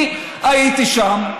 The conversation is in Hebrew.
אני הייתי שם,